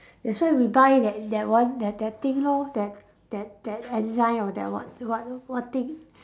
that's why we buy that that one that that thing lor that that that enzyme or that what what what thing